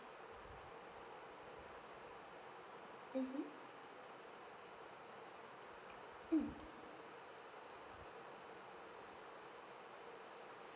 mmhmm mm